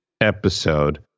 Episode